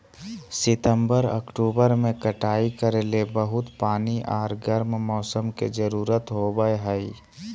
सितंबर, अक्टूबर में कटाई करे ले बहुत पानी आर गर्म मौसम के जरुरत होबय हइ